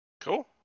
Cool